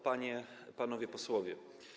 Panie i Panowie Posłowie!